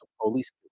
police